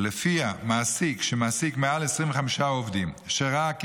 ולפיה מעסיק שמעסיק מעל 25 עובדים שראה כי